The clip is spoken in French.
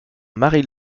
mary